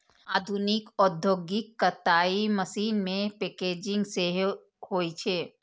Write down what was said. आधुनिक औद्योगिक कताइ मशीन मे पैकेजिंग सेहो होइ छै